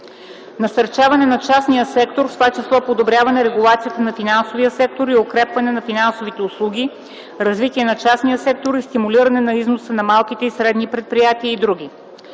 насърчаване на частния сектор, в това число подобряване регулацията на финансовия сектор и укрепване на финансовите услуги, развитие на частния сектор и стимулиране на износа на малките и средни предприятия и други;